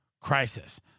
crisis